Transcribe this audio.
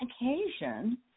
occasion